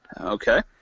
Okay